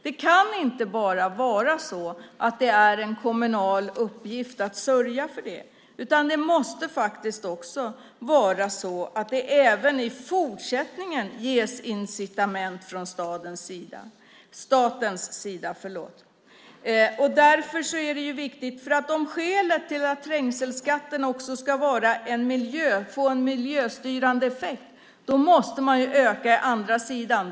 Det kan inte vara bara en kommunal uppgift att sörja för det, utan det måste även i fortsättningen ges incitament från statens sida. Om trängselskatterna också ska få en miljöstyrande effekt måste man öka på andra sidan.